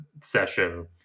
session